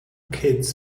kids